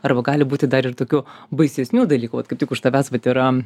arba gali būti dar ir tokių baisesnių dalykų vat kaip tik už tavęs vat yra